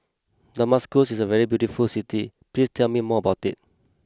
Damascus is a very beautiful city please tell me more about it